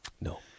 No